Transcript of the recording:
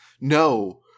No